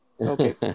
Okay